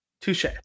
Touche